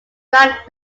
rank